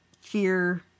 fear